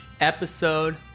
episode